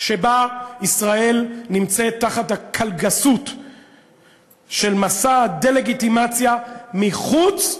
שבה ישראל נמצאת תחת הקלגסות של מסע דה-לגיטימציה מחוץ ומבית.